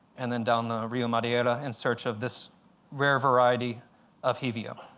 and then down rio madeira in search of this rare variety of hevea.